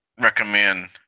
recommend